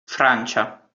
francia